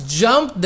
jump